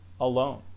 alone